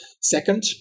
Second